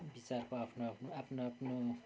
विचारको आफ्नो आफ्नो आफ्नो आफ्नो